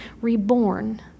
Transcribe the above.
reborn